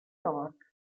york